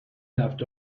left